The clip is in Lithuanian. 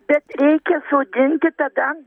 bet reikia sodinti tada